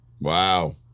Wow